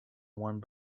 one